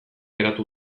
geratu